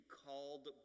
called